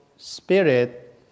Spirit